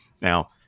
Now